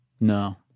No